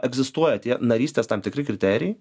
egzistuoja tie narystės tam tikri kriterijai